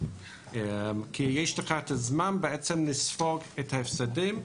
כי יש הזמן לספוג את ההפסדים,